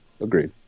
Agreed